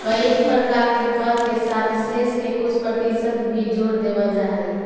कए प्रकार के कर के साथ सेस के कुछ परतिसत भी जोड़ देवल जा हई